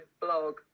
blog